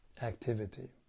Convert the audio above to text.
activity